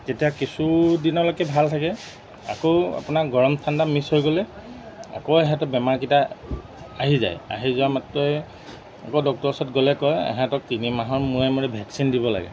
তেতিয়া কিছু দিনলৈকে ভাল থাকে আকৌ আপোনাৰ গৰম ঠাণ্ডা মিক্স হৈ গ'লে আকৌ ইহঁতক বেমাৰকেইটা আহি যায় আহি যোৱা মাত্ৰই আকৌ ডক্টৰ ওচৰত গ'লে কয় ইহঁতক তিনি মাহৰ মূৰে মূৰে ভেকচিন দিব লাগে